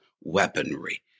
weaponry